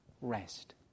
rest